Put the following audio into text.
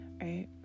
right